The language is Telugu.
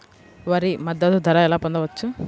వరి మద్దతు ధర ఎలా పొందవచ్చు?